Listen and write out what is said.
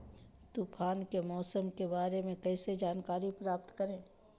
तूफान के मौसम के बारे में कैसे जानकारी प्राप्त करें?